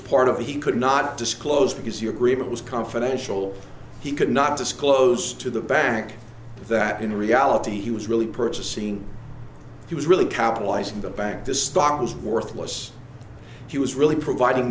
part of a he could not disclose because the agreement was confidential he could not disclose to the back that in reality he was really purchasing he was really capitalizing the bank this stock was worthless he was really providing